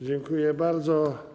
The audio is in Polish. Dziękuję bardzo.